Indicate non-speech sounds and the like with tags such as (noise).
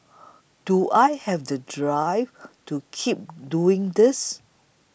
(noise) do I have the drive to keep doing this